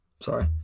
Sorry